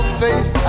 face